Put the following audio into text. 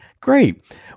great